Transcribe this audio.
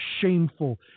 shameful